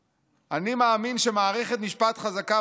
"אני מאמין שמערכת משפט חזקה ועצמאית